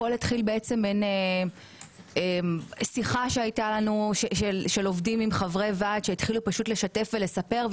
הכול התחיל בשיחה של עובדים עם חברי ועד שהתחילו לשתף ולספר,